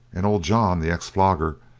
and old john, the ex-flogger,